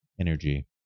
energy